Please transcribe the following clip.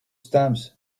stamps